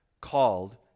called